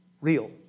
real